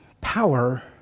power